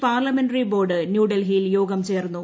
parliamentary board ന്യൂഡൽഹിയിൽ യോഗം ചേർന്നു